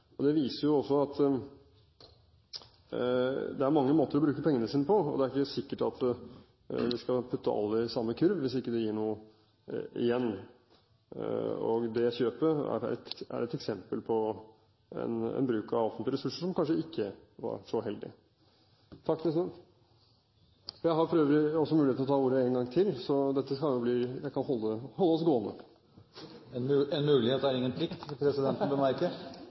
Det viser jo også at det er mange måter å bruke pengene på, og det er ikke helt sikkert at vi skal putte alle i samme kurv, hvis det ikke gir noe igjen. Det kjøpet er et eksempel på en bruk av offentlige ressurser som kanskje ikke var så heldig. Jeg har for øvrig også muligheten til å ta ordet én gang til, så dette kan holde oss gående. En mulighet er ingen plikt, vil presidenten bemerke.